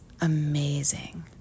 amazing